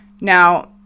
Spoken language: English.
Now